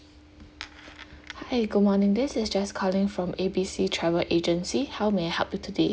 !hey! good morning this is jess calling from A B C travel agency how may I help you today